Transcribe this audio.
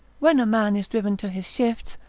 when a man is driven to his shifts,